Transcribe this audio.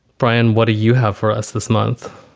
brian, what do you have for us this month?